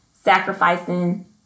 sacrificing